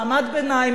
מעמד ביניים,